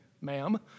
ma'am